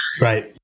Right